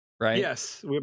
Yes